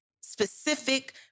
specific